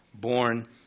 born